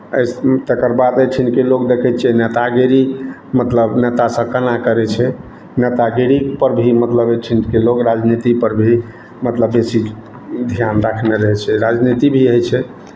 एहि तकर बाद एहिठिनके लोक देखै छियै नेतागिरी मतलब नेतासभ केना करै छै नेतागिरीपर भी मतलब एहिठिनके लोक राजनीतिपर भी मतलब बेसी धियान राखने रहै छै राजनीति भी होइ छै